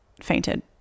fainted